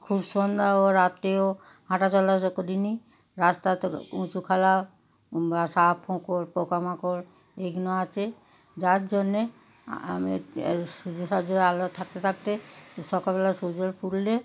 খুব সন্ধ্যা ও রাত্রেও হাঁটা চলাচল করে নিই রাস্তায় তো উঁচুখালা বা সাপ ফোঁকড় পোকা মাকড় এইগুলো আছে যার জন্যে আমি সূযে সাযের আলো থাকতে থাকতে সকালবেলা সূর্য উঠলে